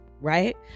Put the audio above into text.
right